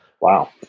wow